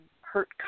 hurt